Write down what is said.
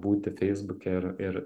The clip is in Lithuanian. būti feisbuke ir ir